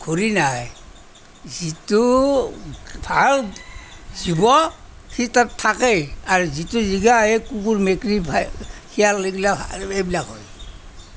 ঘূৰি নাহে যিটো ভাল জীৱ সি তাত থাকেই আৰু যিটো জীৱ এই কুকুৰ মেকুৰী শিয়াল এইগিলা এইবিলাক হয়